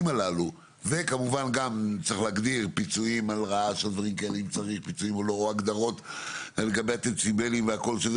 וכמובן גם צריך להגדיר פיצויים על רעש או הגדרות לגבי דציבלים וכולי,